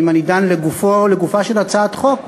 אם אני דן לגופה של הצעת חוק,